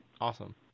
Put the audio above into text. Awesome